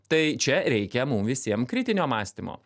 tai čia reikia mum visiem kritinio mąstymo